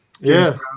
Yes